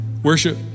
Worship